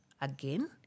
again